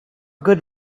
good